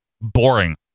Boring